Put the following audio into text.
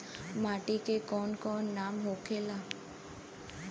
माटी के कौन कौन नाम होखे ला?